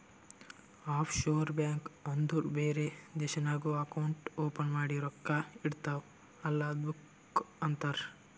of sure bank ಅಂದುರ್ ಬೇರೆ ದೇಶ್ನಾಗ್ ಅಕೌಂಟ್ ಓಪನ್ ಮಾಡಿ ರೊಕ್ಕಾ ಇಡ್ತಿವ್ ಅಲ್ಲ ಅದ್ದುಕ್ ಅಂತಾರ್